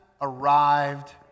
arrived